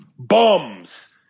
Bums